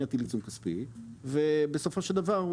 להטיל עיצום כספי ובסופו של דבר,